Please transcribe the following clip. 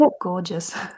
gorgeous